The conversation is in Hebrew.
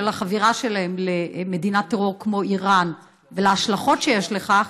החבירה שלהם למדינת טרור כמו איראן וההשלכות שיש לכך.